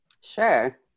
Sure